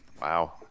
Wow